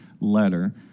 letter